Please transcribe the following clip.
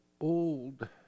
old